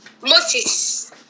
Moses